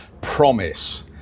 promise